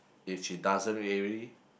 if she doesn't really